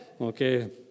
okay